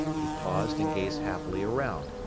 he paused and gazed happily around.